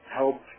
help